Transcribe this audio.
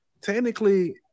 technically